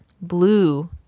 blue